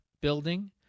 building